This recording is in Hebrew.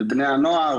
של בני הנוער,